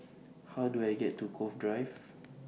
How Do I get to Cove Drive